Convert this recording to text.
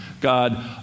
God